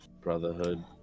Brotherhood